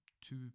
two